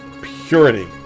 purity